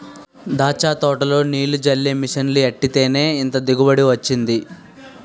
దాచ్చ తోటలో నీల్లు జల్లే మిసన్లు ఎట్టేత్తేనే ఇంత దిగుబడి వొచ్చింది